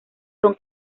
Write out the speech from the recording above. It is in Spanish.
son